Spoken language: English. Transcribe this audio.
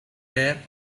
there